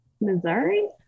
Missouri